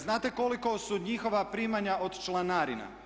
Znate li koliko su njihova primanja od članarina?